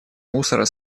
мусора